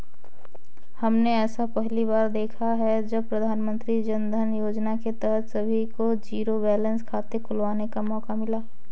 हमने ऐसा पहली बार देखा है जब प्रधानमन्त्री जनधन योजना के तहत सभी को जीरो बैलेंस खाते खुलवाने का मौका मिला